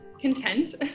content